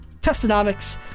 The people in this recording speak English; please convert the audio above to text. testonomics